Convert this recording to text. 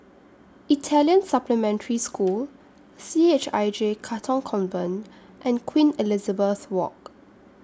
Italian Supplementary School C H I J Katong Convent and Queen Elizabeth Walk